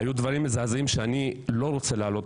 היו שם דברים מזעזעים שאני לא רוצה להעלות